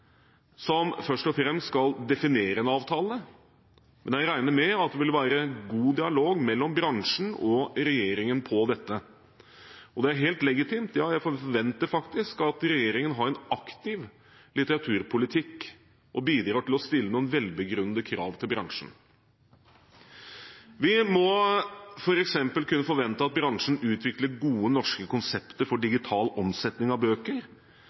som først og fremst skal definere en avtale, men jeg regner med at det vil være god dialog mellom bransjen og regjeringen på dette. Det er helt legitimt – ja, jeg forventer det faktisk – at regjeringen har en aktiv litteraturpolitikk og bidrar til å stille noen velbegrunnede krav til bransjen. Vi må f.eks. kunne forvente at bransjen utvikler gode norske konsepter for digital omsetning av bøker,